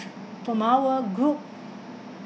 from our group